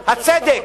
הצדק.